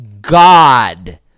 God